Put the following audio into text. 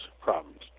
problems